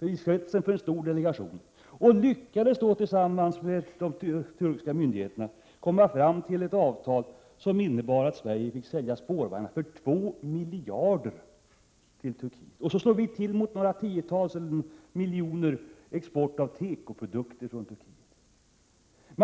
i spetsen för en stor delegation och medverkade i samtal med de turkiska myndigheterna till ett avtal som innebar att Sverige fick exportera spårvagnar för 2 miljarder till Turkiet. Och så slår vi till mot en ökning av exporten av tekoprodukter med några tiotal miljoner från Turkiet!